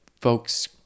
folks